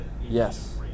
Yes